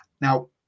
Now